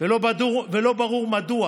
ולא ברור מדוע